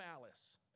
malice